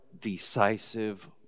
decisive